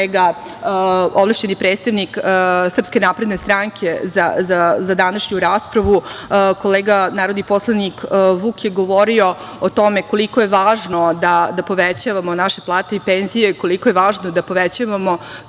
ovlašćeni predstavnik SNS za današnju raspravu, kolega narodni poslanik Vuk je govorio o tome koliko je važno da povećavamo naše plate i penzije, koliko je važno da povećavamo